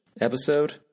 episode